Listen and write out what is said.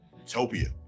utopia